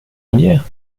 molière